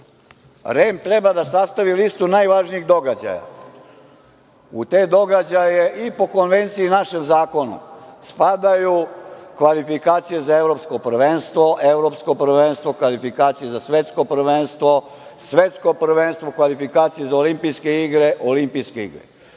REM treba da sastavi listu najvažnijih događaja. U te događaja i po konvenciji i po našem zakonu spadaju kvalifikacije za Evropsko prvenstvo, Evropsko prvenstvo, kvalifikacije za Svetsko prvenstvo, Svetsko prvenstvo, kvalifikacije za Olimpijske igre, Olimpijske igre.